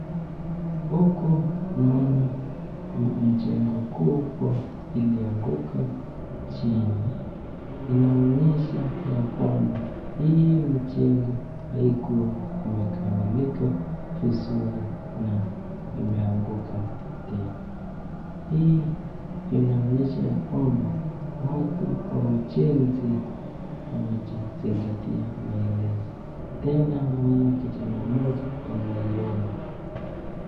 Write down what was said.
Huku naona jengo kubwa ilianguka chini, inaonyesha ya kwamba hii mjengo haikuwa imekamilika vizuri na imeanguka tena, hii inaonyesha ya kwamba watu wa ujenzi hawajazingatia maelezo tena naona kijana mmoja anaiona.